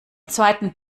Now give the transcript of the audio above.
zweiten